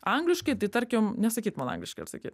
angliškai tai tarkim nesakyt man angliškai ar sakyt